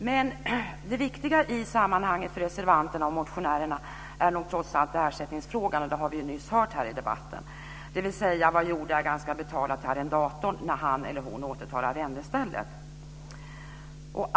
Men det viktiga i sammanhanget för reservanterna och motionärerna är nog trots allt ersättningsfrågan - det har vi nyss hört i debatten - dvs. vad jordägaren ska betala till arrendatorn när han eller hon återtar arrendestället.